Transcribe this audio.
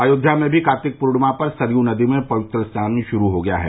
अयोध्या में भी कार्तिक पूर्णिमा पर सरयू नदी में पवित्र स्नान शुरू हो गया है